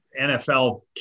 NFL